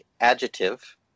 adjective